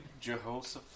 Jehoshaphat